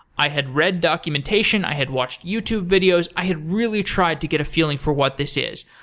i had read documention, i had watched youtube videos. i had really tried to get a feeling for what this is,